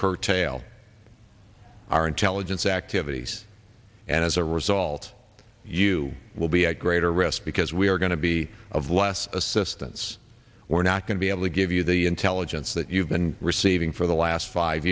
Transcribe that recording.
occur tale our intelligence activities and as a result you will be at greater risk because we are going to be of less assistance we're not going to be able to give you the intelligence that you've been receiving for the last five